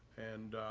and